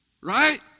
right